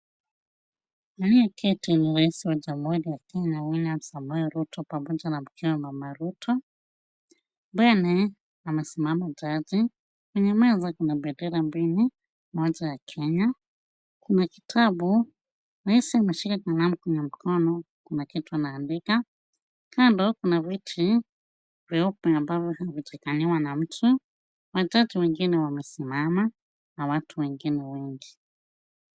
Aliyeketi ni rais wa jamhuri ya Kenya William Samoei Ruto pamoja na mkewe mama Ruto. Mbele amesimama jaji. Kwenye meza kuna bendera mbili, moja ya Kenya. Kuna kitabu. Rais ameshika kalamu kwenye mkono kuna kitu anaandika. Kando kuna viti vyeupe ambavyo havijakaliwa na mtu. Watatu wengine wamesimama na watu wengine wengi.